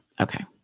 okay